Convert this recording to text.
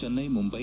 Chennai Mumbai